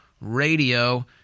radio